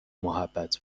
محبت